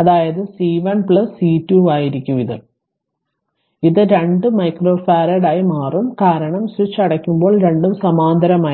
അതായത് ഇത് C1 C2 ആയിരിക്കും അതായത് ഇത് 2 മൈക്രോഫറാഡായി മാറും കാരണം സ്വിച്ച് അടയ്ക്കുമ്പോൾ രണ്ടും സമാന്തരമായിരിക്കും